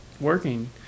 working